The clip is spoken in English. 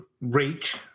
Reach